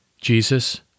Jesus